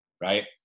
right